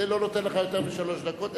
זה לא נותן לך יותר משלוש דקות,